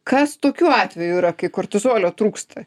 kas tokiu atveju yra kai kortizolio trūksta